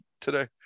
today